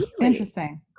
interesting